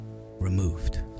removed